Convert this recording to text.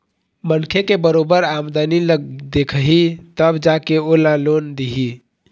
मनखे के बरोबर आमदनी ल देखही तब जा के ओला लोन दिही